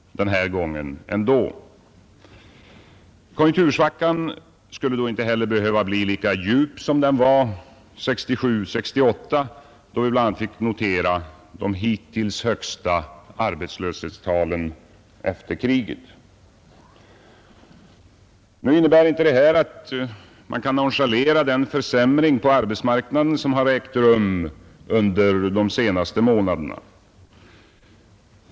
Konjunktursvackan skulle därför inte heller behöva bli lika djup nu som 1967—1968, då vi bl.a. fick notera de hittills högsta arbetslöshetstalen efter kriget. Nu innebär inte detta att man kan nonchalera den försämring på arbetsmarknaden som har ägt rum under de senaste månaderna.